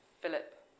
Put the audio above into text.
Philip